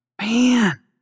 Man